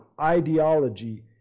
ideology